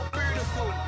beautiful